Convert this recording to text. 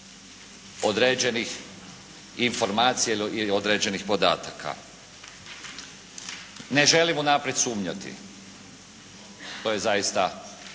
određenih informacija ili određenih podataka. Ne želim unaprijed sumnjati, to je zaista